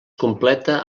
completa